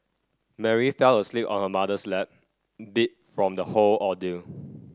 Mary fell asleep on her mother's lap beat from the whole ordeal